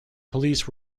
police